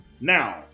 Now